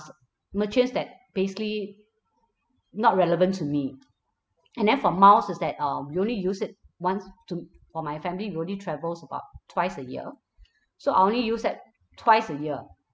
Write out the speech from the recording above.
merchants that basically not relevant to me and then for miles is that uh we only use it once to for my family we only travels about twice a year so I only use that twice a year